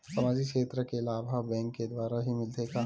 सामाजिक क्षेत्र के लाभ हा बैंक के द्वारा ही मिलथे का?